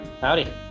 Howdy